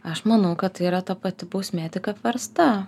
aš manau kad tai yra ta pati bausmė tik apversta